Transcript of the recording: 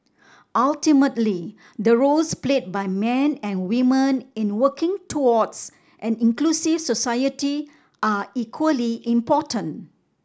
ultimately the roles played by men and women in working towards an inclusive society are equally important